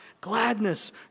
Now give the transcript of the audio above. gladness